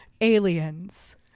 Aliens